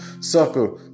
sucker